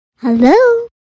Hello